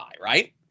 right